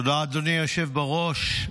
תודה, אדוני היושב בראש.